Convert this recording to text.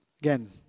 again